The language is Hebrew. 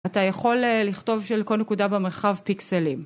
אתה יכול לכתוב שלכל נקודה במרחב פיקסלים.